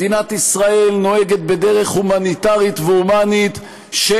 מדינת ישראל נוהגת בדרך הומניטרית שאין,